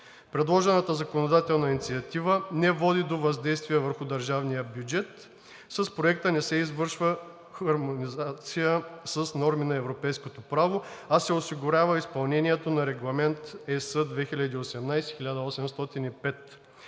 Предложената законодателна инициатива не води до въздействие върху държавния бюджет. С проекта не се извършва хармонизация с норми на европейското право, а се осигурява изпълнението на Регламент (ЕС) 2018/1805.